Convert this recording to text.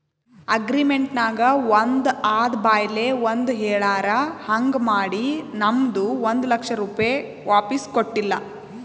agreement ನಾಗ್ ಒಂದ್ ಅದ ಬಾಯ್ಲೆ ಒಂದ್ ಹೆಳ್ಯಾರ್ ಹಾಂಗ್ ಮಾಡಿ ನಮ್ದು ಒಂದ್ ಲಕ್ಷ ರೂಪೆ ವಾಪಿಸ್ ಕೊಟ್ಟಿಲ್ಲ